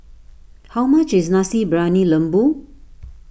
how much is Nasi Briyani Lembu